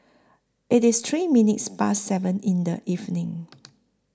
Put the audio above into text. IT IS three minutes Past seven in The evening